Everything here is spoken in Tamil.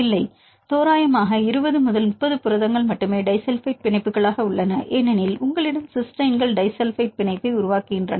இல்லை தோராயமாக 20 30 புரதங்கள் மட்டுமே டிஸல்பைட் பிணைப்புகள் உள்ளன ஏனெனில் உங்களிடம் சிஸ்டைன்கள் டிஸல்பைட் பிணைப்பை உருவாக்குகின்றன